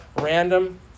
random